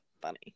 funny